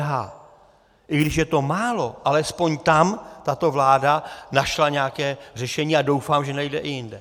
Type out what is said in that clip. I když je to málo, alespoň tam tato vláda našla nějaké řešení a doufám, že najde i jinde.